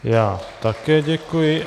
Já také děkuji.